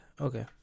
okay